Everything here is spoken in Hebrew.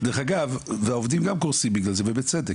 דרך אגב, העובדים גם קורסים בגלל זה ובצדק.